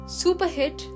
super-hit